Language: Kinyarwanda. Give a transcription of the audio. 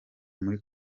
muri